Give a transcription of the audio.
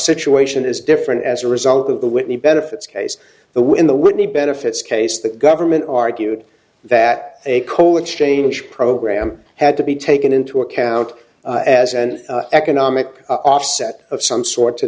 situation is different as a result of the whitney benefits case the when the whitney benefits case the government argued that a colon change program had to be taken into account as an economic offset of some sort to